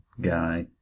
guy